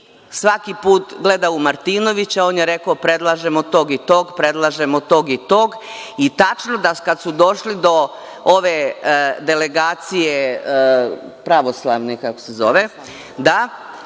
svaki put gleda u Martinovića. On je rekao predlažemo tog i tog, i tačno da kad su došli do ove delegacije pravoslavne, kako